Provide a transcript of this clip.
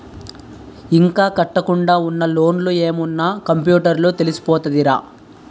ఇంకా కట్టకుండా ఉన్న లోన్లు ఏమున్న కంప్యూటర్ లో తెలిసిపోతదిరా